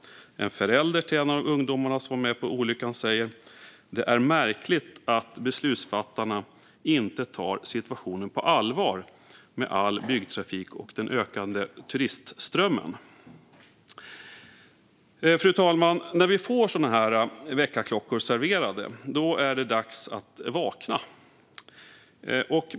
En förälder till en av de ungdomar som var med i olyckan säger: "Det är märkligt att beslutsfattarna inte tar situationen på allvar, med all byggtrafik och den ökade turistströmmen." Fru talman! När vi får väckarklockor serverade är det dags att vakna.